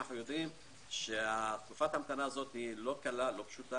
אנחנו יודעים שתקופת ההמתנה הזו לא פשוטה,